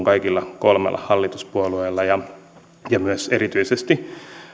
kaikilla kolmella hallituspuolueella ja ja myös erityisesti